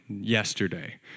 yesterday